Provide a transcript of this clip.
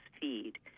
feed